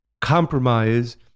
compromise